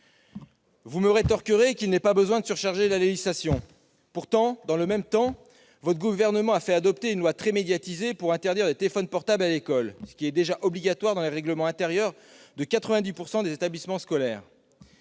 Vous me rétorquerez qu'il n'est pas besoin de surcharger la législation. Pourtant, dans le même temps, le Gouvernement a fait adopter une loi très médiatisée pour interdire le téléphone portable à l'école, une interdiction déjà inscrite dans le règlement intérieur de 90 % des établissements scolaires.